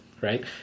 right